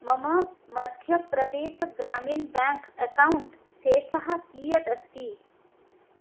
मम मध्यप्रदेश ग्रामिण bank account शेषः कियत् अस्ति